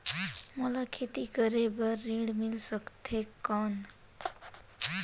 मोला खेती करे बार ऋण मिल सकथे कौन?